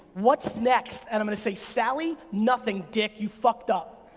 what's next? and i'm gonna say, sally, nothing dick, you fucked up.